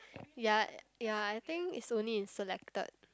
ya ya I think it's only in selected